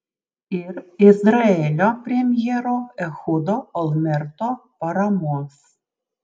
ir izraelio premjero ehudo olmerto paramos